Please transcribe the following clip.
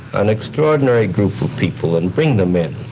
an extraordinary group of people and bring them in.